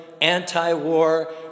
anti-war